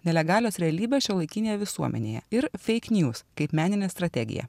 nelegalios realybės šiuolaikinėje visuomenėje ir feik nius kaip meninė strategija